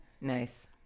Nice